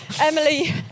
Emily